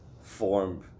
Form